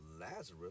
Lazarus